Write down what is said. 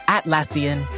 Atlassian